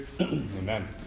Amen